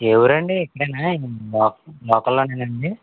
ఏ ఊరండి ఇక్కడేనా లోక్ లోకల్లో అండి